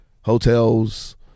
hotels